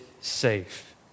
safe